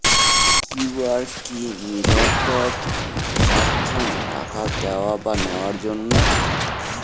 QR কি নিরাপদ মাধ্যম টাকা দেওয়া বা নেওয়ার জন্য?